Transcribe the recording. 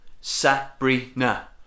Sabrina